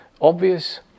obvious